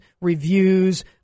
reviews